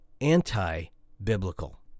anti-biblical